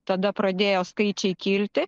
tada pradėjo skaičiai kilti